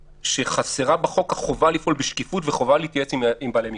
חסרה בחוק החובה לפעול בשקיפות והחובה להתייעץ עם בעלי מקצוע.